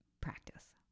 practice